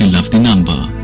kind of the number